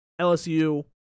LSU